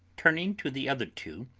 turning to the other two,